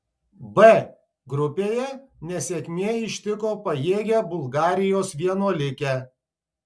b grupėje nesėkmė ištiko pajėgią bulgarijos vienuolikę